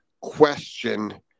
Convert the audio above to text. question